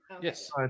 Yes